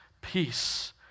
peace